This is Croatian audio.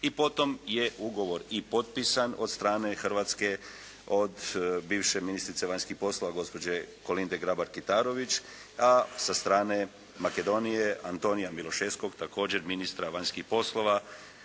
i potom je ugovor i potpisan od strane Hrvatske, od bivše ministrice vanjskih poslova, gospođe Kolinde Grabar-Kitarović a sa strane Makedonije Antonija Miloševskog također ministra vanjskih poslova,